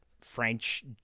French